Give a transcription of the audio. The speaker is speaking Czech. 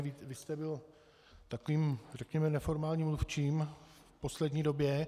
Vy jste byl takovým řekněme neformálním mluvčím v poslední době.